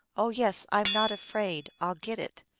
oh, yes, i m not afraid i ll get it,